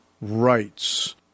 rights